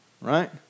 right